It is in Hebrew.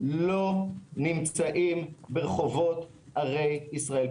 לא נמצאים ברחובות ערי ישראל.